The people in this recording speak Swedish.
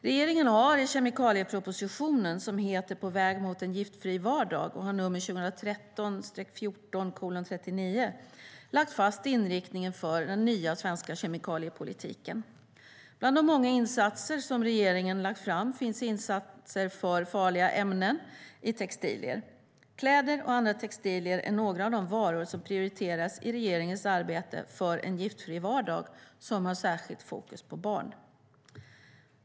Regeringen har i kemikaliepropositionen På väg mot en giftfri vardag , 2013/14:39, lagt fast inriktningen för den nya svenska kemikaliepolitiken. Bland de många insatser som regeringen lagt fram finns insatser för farliga ämnen i textilier. Kläder och andra textilier är några av de varor som prioriteras i regeringens arbete för en giftfri vardag som har särskilt fokus på barn.